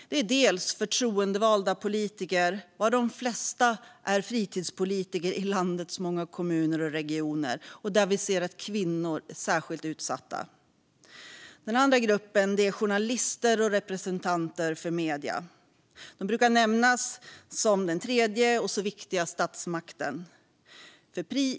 Den ena gruppen är förtroendevalda politiker, varav de flesta är fritidspolitiker i landets många kommuner och regioner och där vi ser att kvinnor är särskilt utsatta. Den andra gruppen är journalister och representanter för medierna. De brukar nämnas som den tredje och så viktiga statsmakten.